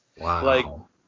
Wow